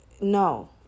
no